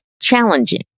challenging